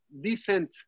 decent